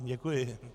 Děkuji.